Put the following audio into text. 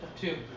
Two